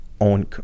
own